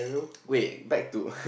wait back to